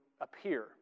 appear